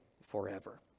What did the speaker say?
forever